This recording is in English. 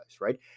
right